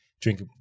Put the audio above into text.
drink